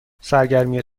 سرگرمی